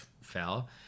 fell